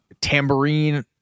tambourine